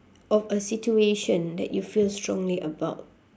of a situation that you feel strongly about